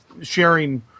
sharing